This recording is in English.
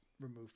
remove